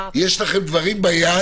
יש לכם דברים ביד